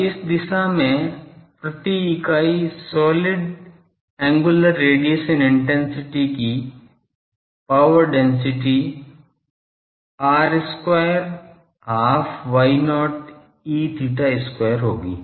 अब इस दिशा में प्रति इकाई सॉलिड एंगुलर रेडिएशन इंटेंसिटी की power density r square half Y0 Eθ square होगी